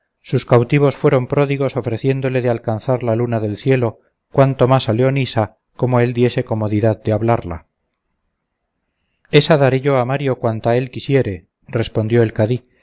sus cautivos fueron pródigos ofreciéndole de alcanzar la luna del cielo cuanto más a leonisa como él diese comodidad de hablarla ésa daré yo a mario cuanta él quisiere respondió el cadí